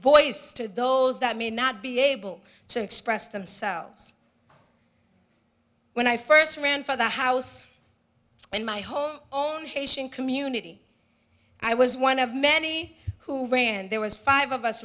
voice to those that may not be able to express themselves when i first ran for the house in my home own haitian community i was one of many who ran and there was five of us